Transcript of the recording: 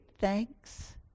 thanks